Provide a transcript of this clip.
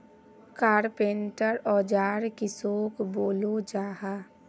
Carpenter औजार किसोक बोलो जाहा?